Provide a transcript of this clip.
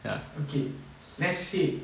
ya okay let's see